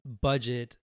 budget